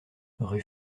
rue